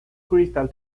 cristal